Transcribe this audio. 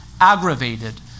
aggravated